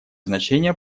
значение